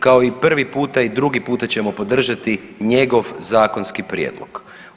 Kao i prvi puta i drugi puta ćemo podržati njegov zakonski prijedlog.